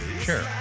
Sure